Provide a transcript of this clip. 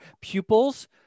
pupils